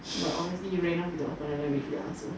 but honestly he ran off with the watermelon already lah so